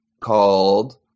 called